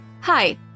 Hi